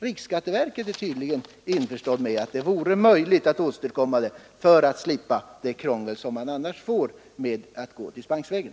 Riksskatteverket är tydligen inställt på att det är möjligt att åstadkomma sådana för att slippa det besvär som uppstår om man måste gå dispensvägen.